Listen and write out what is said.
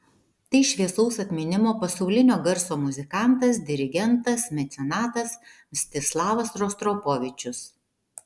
tai šviesaus atminimo pasaulinio garso muzikantas dirigentas mecenatas mstislavas rostropovičius